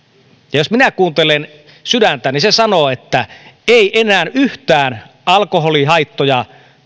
jos minä kuuntelen sydäntä niin se sanoo että ei enää yhtään alkoholihaittoja